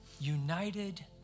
united